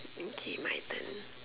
okay my turn